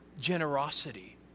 generosity